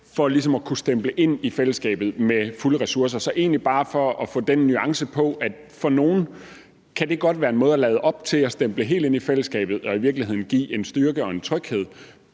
at kunne stemple ind i fællesskabet med fulde ressourcer. Så det siger jeg egentlig bare for at få den nuance med, at det for nogle godt kan være en måde at lade op til at stemple helt ind i fællesskabet på, og at det i virkeligheden kan give en styrke og en tryghed.